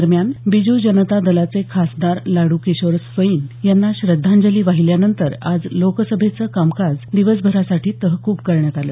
दरम्यान बिजू जनता दलाचे खासदार लाडूकिशोर स्वैन यांना श्रद्धांजली वाहिल्यानंतर आज लोकसभेचं कामकाज दिवसभरासाठी तहकूब करण्यात आलं